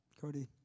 Cody